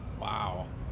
Wow